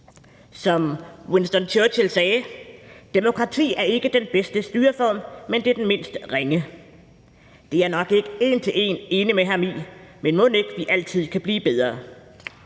Som Winston Churchill sagde: Demokrati er ikke den bedste styreform, men det er den mindst ringe. Det er jeg nok ikke en til en enig med ham i, men mon ikke, vi altid kan blive bedre?